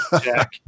Jack